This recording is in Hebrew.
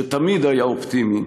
שתמיד היה אופטימי,